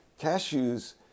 Cashews